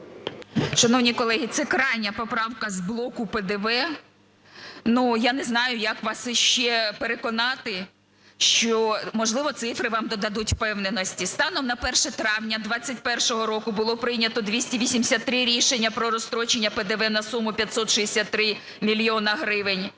Шановні колеги, це крайня поправка з блоку ПДВ, ну, я не знаю, як вас ще переконати, можливо, цифри вам додадуть впевненості. Станом на 1 травня 2021 року було прийнято 283 рішення про розстрочення ПДВ на суму 563 мільйони